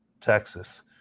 Texas